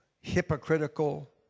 hypocritical